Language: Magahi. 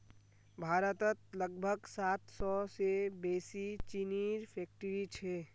भारतत लगभग सात सौ से बेसि चीनीर फैक्ट्रि छे